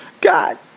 God